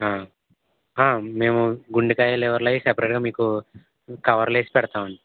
మేము గుండెకాయి లివర్లవి సపరేట్గా మీకు కవర్లో వేసి పెడతామండి